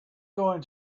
going